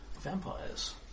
Vampires